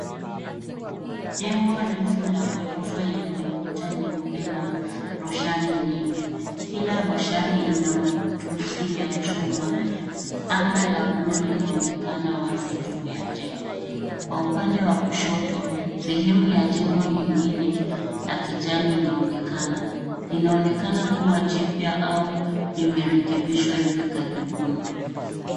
Jengo refu la ghorofa lenye kuta nyeupe na roshani nyingi. Kila roshani ina matuzi ya chuma. Anga la buluu linaonekana wazi juu ya jengo. Kwa upande wa kushoto, sehemu ya jengo lingine la kijani linaonekana. Linaonekana kuwa jipya au limerekebishwa hivi karibuni.